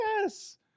Yes